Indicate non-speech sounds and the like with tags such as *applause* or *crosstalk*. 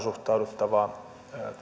*unintelligible* suhtauduttava